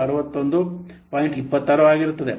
26 ಆಗಿರುತ್ತದೆ